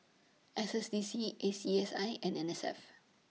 S S D C A C S I and N S F